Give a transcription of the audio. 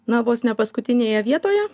na vos ne paskutinėje vietoje